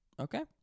Okay